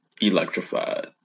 Electrified